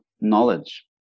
knowledge